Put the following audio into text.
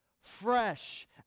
fresh